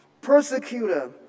persecutor